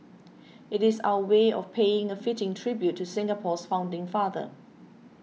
it is our way of paying a fitting tribute to Singapore's founding father